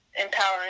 empowering